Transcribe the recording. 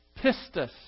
pistis